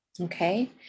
Okay